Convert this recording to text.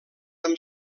amb